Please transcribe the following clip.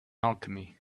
alchemy